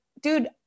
dude